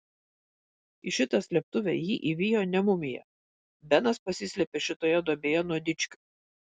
į šitą slėptuvę jį įvijo ne mumija benas pasislėpė šitoje duobėje nuo dičkių